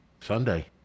Sunday